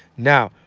now,